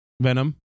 Venom